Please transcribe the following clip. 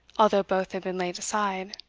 although both had been laid aside.